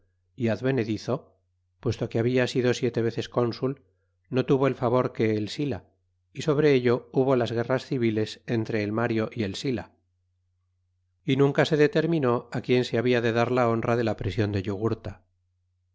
y advenedizo puesto que habla sido siete veces cónsul no tuvo el favor que el si t a y sobre ello hubo las guerras civiles entre el mario y el sila y nunca se determinó á quien se líabia de dar la honra de la prision de